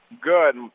Good